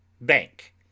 Bank